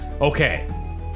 Okay